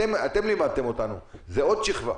אתם לימדתם אותנו, זו עוד שכבה.